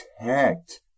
protect